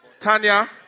Tanya